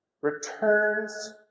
returns